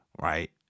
right